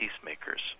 peacemakers